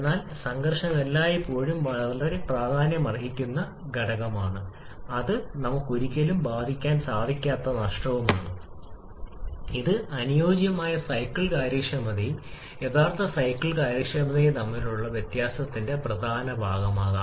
എന്നാൽ സംഘർഷം എല്ലായ്പ്പോഴും വളരെ പ്രാധാന്യമർഹിക്കുന്ന ഘടകമാണ് ഇത് നമുക്ക് ഒരിക്കലും ബാധിക്കാതിരിക്കാൻ കഴിയാത്ത ഒരു നഷ്ടമാണ് ഇത് അനുയോജ്യമായ സൈക്കിൾ കാര്യക്ഷമതയും യഥാർത്ഥ സൈക്കിൾ കാര്യക്ഷമതയും തമ്മിലുള്ള വ്യത്യാസത്തിന്റെ പ്രധാന ഭാഗമാകാം